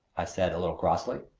i said, a little crossly.